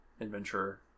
adventurer